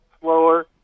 slower